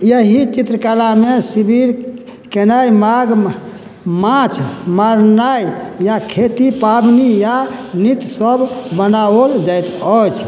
यही चित्रकलामे शिविर केनाइ माघ माछ मारनाइ या खेती पाबनी आओर नृत्य सभ बनाओल जाइत अछि